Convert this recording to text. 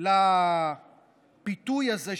לפיתוי הזה,